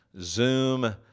Zoom